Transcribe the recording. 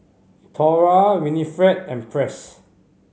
Thora Winifred and Press